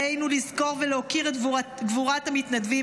עלינו לזכור ולהוקיר את גבורת המתנדבים,